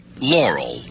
Laurel